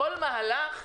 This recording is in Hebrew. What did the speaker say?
כל מהלך,